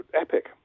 epic